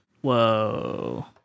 whoa